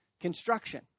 construction